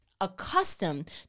accustomed